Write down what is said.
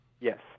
Yes